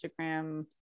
instagram